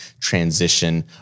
transition